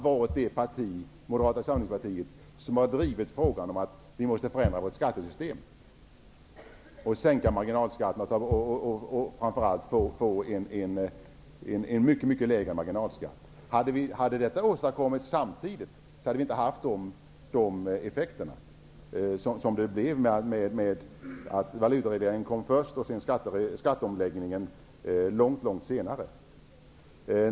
Vi moderater om något parti har drivit frågan om att förändra vårt skattesystem och framför allt få mycket lägre marginalskatter. Hade detta åstadkommits samtidigt som valutaavregleringen genomfördes, hade vi inte fått de effekter som det nu blev, i och med att valutaavregleringen genomfördes först och skatteomläggningen långt senare.